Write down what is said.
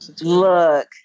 Look